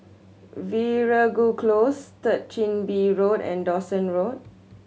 Veeragoo Close Third Chin Bee Road and Dawson Road